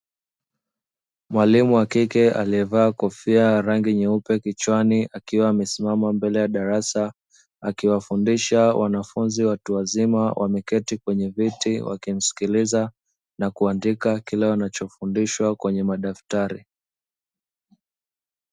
Mwalimu wa kike aliyevaa kofia ya rangi nyeupe kichwani, akiwa amesimama mbele ya darasa akiwafundisha wanafunzi watu wazima wameketi kwenye viti, wakimsikiliza na kuandika kila wanachofundishwa kwenye madaftari.